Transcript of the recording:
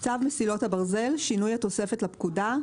צו מסילות הברזל (שינוי התוספת לפקודה),